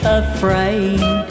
afraid